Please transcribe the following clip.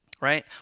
right